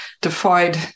defied